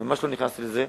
אני ממש לא נכנסתי לזה.